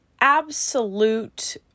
absolute